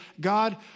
God